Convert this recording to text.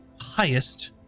highest